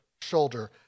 shoulder